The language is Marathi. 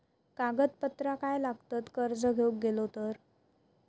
कागदपत्रा काय लागतत कर्ज घेऊक गेलो तर?